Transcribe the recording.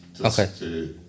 okay